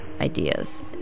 ideas